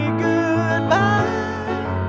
goodbye